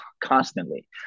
constantly